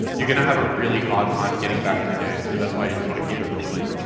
you're going to have a really hard time getting back in the game, so that's why you just want to keep it real clean.